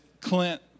Clint